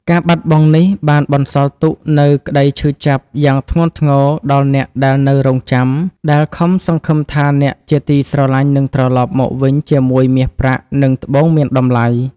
ការបាត់បង់នេះបានបន្សល់ទុកនូវក្តីឈឺចាប់យ៉ាងធ្ងន់ធ្ងរដល់អ្នកដែលនៅរង់ចាំ ដែលខំសង្ឃឹមថាអ្នកជាទីស្រឡាញ់នឹងត្រលប់មកវិញជាមួយមាសប្រាក់ និងត្បូងមានតម្លៃ។